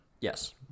Yes